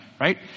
right